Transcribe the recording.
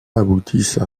aboutissent